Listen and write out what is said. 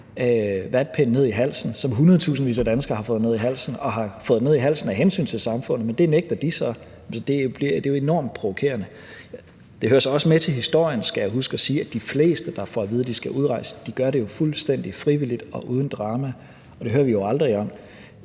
vatpind ned i halsen, som hundredtusindvis af danskere har fået ned i halsen og har fået ned i halsen af hensyn til samfundet. Men det nægter de så; det er jo enormt provokerende. Det hører også med til historien, skal jeg huske at sige, at de fleste, der får at vide, at de skal udrejse, jo gør det fuldstændig frivilligt og uden drama. Og det hører vi jo aldrig om.